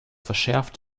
verschärft